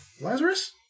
Lazarus